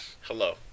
Hello